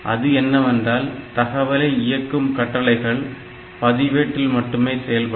அது என்னவென்றால் தகவலை இயக்கும் கட்டளைகள் பதிவேட்டில் மட்டுமே செயல்படும்